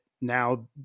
now